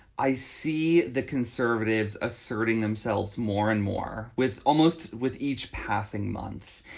i see the conservatives asserting themselves more and more with almost with each passing month.